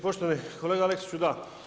Poštovani kolega Aleksiću, da.